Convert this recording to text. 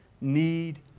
need